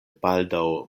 baldaŭ